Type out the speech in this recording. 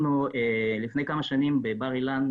לפני כמה שנים בבר אילן